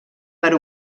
per